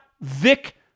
Vic